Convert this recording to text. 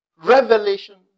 Revelation